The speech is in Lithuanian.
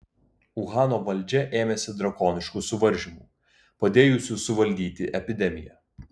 uhano valdžia ėmėsi drakoniškų suvaržymų padėjusių suvaldyti epidemiją